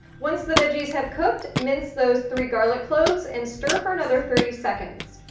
once the veggies have cooked, mince those three garlic cloves, and stir for another thirty seconds.